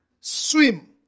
swim